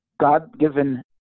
God-given